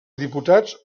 diputats